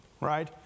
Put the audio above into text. right